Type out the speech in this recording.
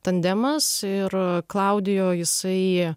tandemas ir klaudijo jisai